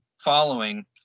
following